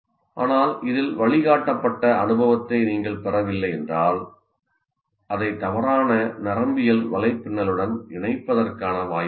ஆனால் இதில் வழிகாட்டப்பட்ட அனுபவத்தை நீங்கள் பெறவில்லை என்றால் அதை தவறான நரம்பியல் வலைப்பின்னலுடன் இணைப்பதற்கான வாய்ப்பு உள்ளது